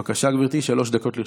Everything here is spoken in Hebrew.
בבקשה, גברתי, שלוש דקות לרשותך.